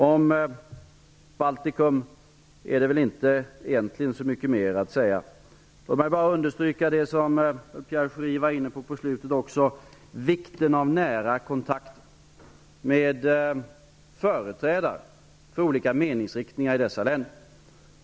Om Baltikum är det egentligen inte så mycket mer att säga. Låt mig bara understryka det som Pierre Schori var inne på i slutet, vikten av nära kontakter med företrädare för olika meningsriktningar i dessa länder.